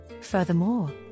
Furthermore